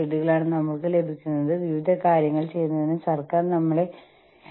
ചെലവുകളിലെ സമ്മർദ്ദം ബിസിനസിന്റെ അന്താരാഷ്ട്രവൽക്കരണത്തിലേക്ക് നയിച്ചു